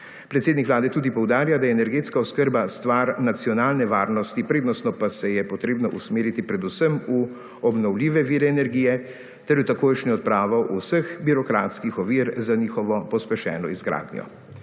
Predsednik Vlade tudi poudarja, da energetska oskrba stvar nacionalne varnosti prednostno pa se je potrebno usmeriti predvsem v obnovljive vire energije ter v takojšnjo odpravo vseh birokratskih ovir za njihovo pospešeno izgradnjo.